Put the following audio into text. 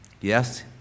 Yes